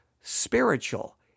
spiritual